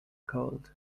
cold